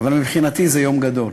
אבל מבחינתי זה יום גדול.